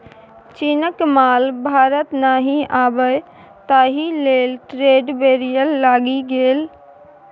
चीनक माल भारत नहि आबय ताहि लेल ट्रेड बैरियर लागि गेल